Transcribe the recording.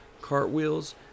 cartwheels